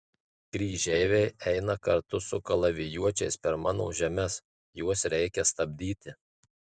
kryžeiviai eina kartu su kalavijuočiais per mano žemes juos reikia stabdyti